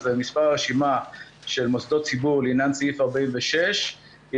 אז מספר הרשימה של מוסדות ציבור לעניין סעיף 46 היא